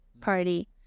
party